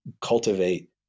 cultivate